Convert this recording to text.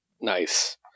Nice